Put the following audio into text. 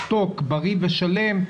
מתוק בריא ושלם,